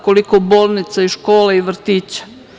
Koliko bolnica i škola i vrtića?